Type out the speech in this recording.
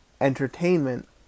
entertainment